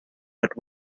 but